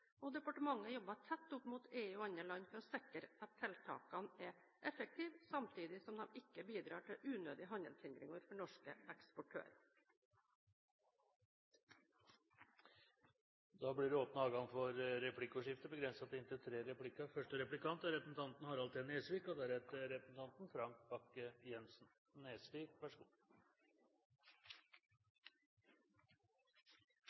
og departementet jobber tett opp mot EU og andre land for å sikre at tiltakene er effektive, samtidig som de ikke bidrar til unødige handelshindringer for norske eksportører. Det blir replikkordskifte. Jeg har noen spørsmål til sjømatministeren. Det vises i meldingen til